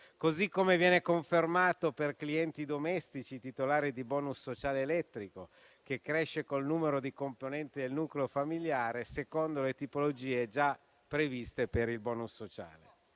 così come viene confermato per clienti domestici titolari di *bonus* sociale elettrico, che cresce con il numero di componenti del nucleo familiare, secondo le tipologie già previste per il *bonus* sociale.